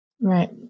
Right